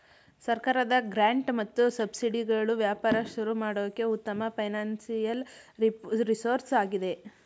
ಸರ್ಕಾರದ ಗ್ರಾಂಟ್ ಮತ್ತು ಸಬ್ಸಿಡಿಗಳು ವ್ಯಾಪಾರ ಶುರು ಮಾಡೋಕೆ ಉತ್ತಮ ಫೈನಾನ್ಸಿಯಲ್ ರಿಸೋರ್ಸ್ ಆಗಿದೆ